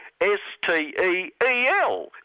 s-t-e-e-l